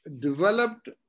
developed